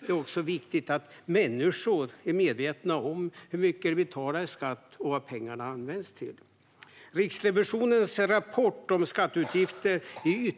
Det är också viktigt att människor är medvetna om hur mycket de betalar i skatt och vad pengarna används till. Riksrevisionens rapport om skatteutgifter är